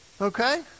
okay